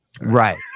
Right